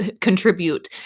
contribute